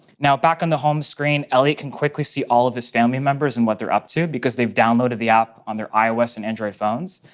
now, back on the homescreen, elliot can quickly see all of his family members and what they're up to because they've downloaded the app on their ios and android phones.